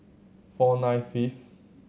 four nine fifth